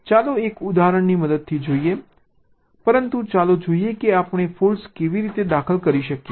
ચાલો એક ઉદાહરણની મદદથી જોઈએ પરંતુ ચાલો જોઈએ કે આપણે ફોલ્ટ કેવી રીતે દાખલ કરીએ છીએ